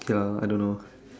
ya I don't know